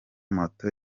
moto